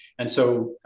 and so,